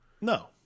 No